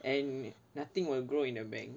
and nothing will grow in a bank